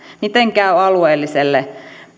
miten käy alueelliselle